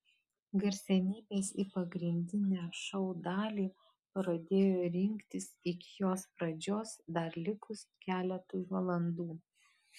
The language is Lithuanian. garsenybės į pagrindinę šou dalį pradėjo rinktis iki jos pradžios dar likus keletui valandų